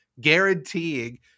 guaranteeing